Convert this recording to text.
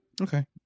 Okay